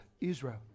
Israel